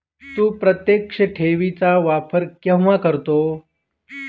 तू प्रत्यक्ष ठेवी चा वापर केव्हा करतो?